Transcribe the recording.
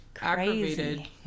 aggravated